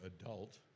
adult